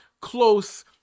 close